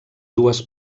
dues